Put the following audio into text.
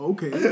Okay